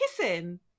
kissing